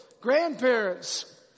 grandparents